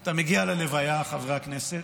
אתה מגיע ללוויה, חברי הכנסת,